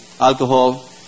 alcohol